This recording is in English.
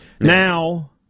Now